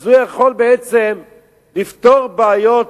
אז הוא יכול בעצם לפתור בעיות